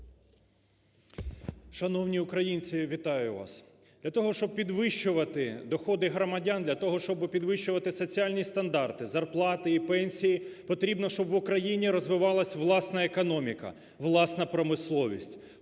Шановні українці вітаю вас! Для того, щоб підвищувати доходи громадян, для того, щоб підвищувати соціальні стандарти, зарплати і пенсії потрібно, щоб в Україні розвивалась власна економіка, власна промисловість.